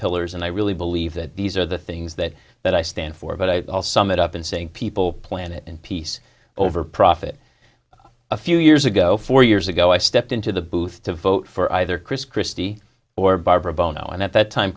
pillars and i really believe that these are the things that that i stand for but i'll sum it up in saying people planet and peace over profit a few years ago four years ago i stepped into the booth to vote for either chris christie or barbara bono and at that time